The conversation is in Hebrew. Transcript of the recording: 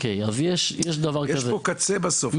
יש קצה בסוף.